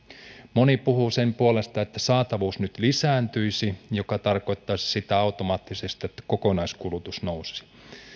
moni puhuu sen puolesta että saatavuus nyt lisääntyisi mikä tarkoittaisi sitten automaattisesti että kokonaiskulutus nousisi